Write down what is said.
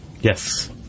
Yes